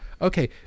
Okay